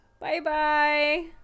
Bye-bye